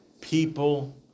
people